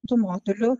tų modulių